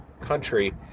country